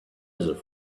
desert